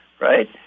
right